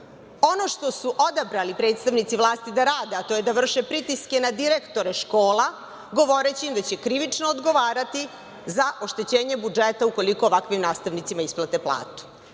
Ono što su odabrali predstavnici vlasti da rade, a to je da vrše pritiske na direktore škola, govoreći im da će krivično odgovarati za oštećenje budžeta ukoliko ovakvim nastavnicima isplate platu. Ono